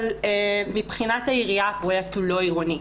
אבל מבחינת העירייה הוא לא היה עירוני,